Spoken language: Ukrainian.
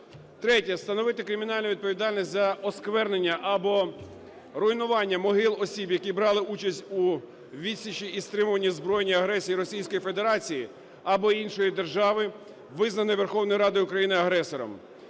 Третє – встановити кримінальну відповідальність за осквернення або руйнування могил осіб, які брали участь у відсічі і стримуванні збройної агресії Російської Федерації або іншої держави, визнаної Верховною Радою України агресором.